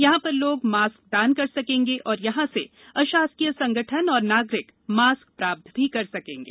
यहां पर लोग मास्क दान कर सकेंगे और यहां से अशासकीय संगठन और नागरिक मास्क प्राप्त भी कर सकेंगे